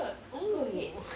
oh